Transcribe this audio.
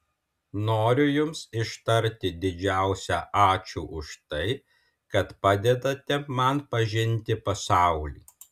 noriu jums ištarti didžiausią ačiū už tai kad padedate man pažinti pasaulį